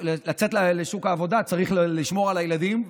לצאת לשוק העבודה צריך לשמור על הילדים,